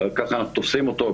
כך אנחנו תופסים אותו,